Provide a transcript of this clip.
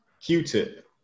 Q-Tip